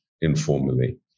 informally